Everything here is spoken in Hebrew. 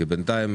כי בינתיים